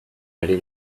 ari